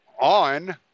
on